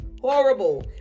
Horrible